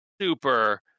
super